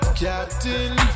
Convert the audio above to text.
captain